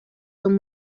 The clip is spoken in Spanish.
son